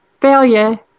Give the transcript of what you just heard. failure